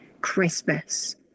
Christmas